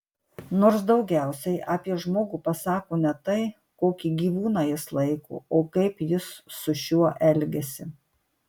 nors daugiausiai apie žmogų pasako ne tai kokį gyvūną jis laiko o kaip jis su šiuo elgiasi